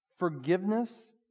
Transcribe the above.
Forgiveness